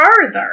further